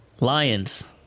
Lions